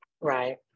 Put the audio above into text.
Right